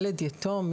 ילד יתום,